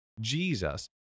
Jesus